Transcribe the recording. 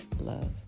love